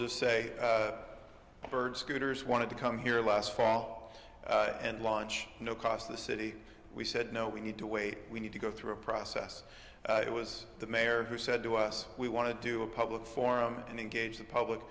just say bird scooters wanted to come here last fall and launch no cost the city we said no we need to wait we need to go through a process it was the mayor who said to us we want to do a public forum and engage the public